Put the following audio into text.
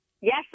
Yes